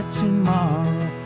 tomorrow